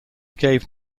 gave